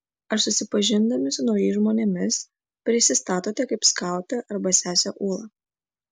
ar susipažindami su naujais žmonėmis prisistatote kaip skautė arba sesė ūla